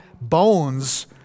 bones